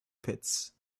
pits